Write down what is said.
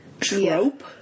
trope